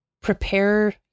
prepare